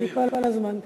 שהיא כל הזמן כאן.